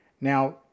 now